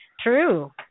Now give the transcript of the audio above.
True